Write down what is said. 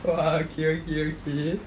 !wah! okay okay okay